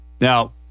Now